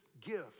gift